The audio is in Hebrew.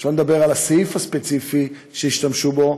שלא לדבר על הסעיף הספציפי שהשתמשו בו,